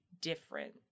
different